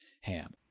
ham